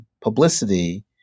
publicity